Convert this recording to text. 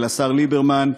ולשר ליברמן,